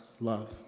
love